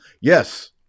Yes